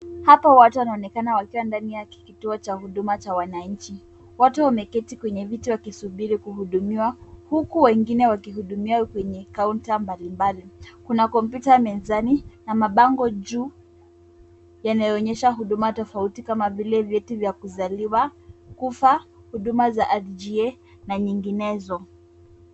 Hapa watu wanaonekana wakiwa ndani ya kituo cha huduma cha wananchi. Wote wameketi kwenye viti wakisubiri kuhudumiwa huku wengine wakihudumiwa kwenye kaunta mbalimbali. Kuna kompyuta mezani na mabango juu yanayoonyesha huduma tofauti kama vile vyeti vya kuzaliwa, kufa, huduma za NGA na nyinginezo.